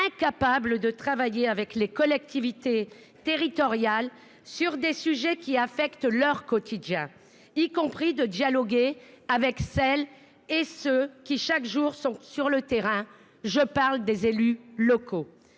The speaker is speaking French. incapable de travailler avec les collectivités territoriales sur des sujets qui affectent leur quotidien, et de dialoguer avec celles et ceux qui sont chaque jour sur le terrain : les élus locaux.